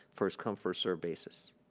first come first serve basis.